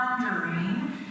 wondering